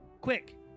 Quick